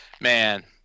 man